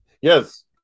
Yes